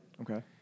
Okay